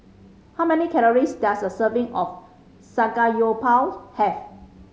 how many calories does a serving of Samgeyopsals have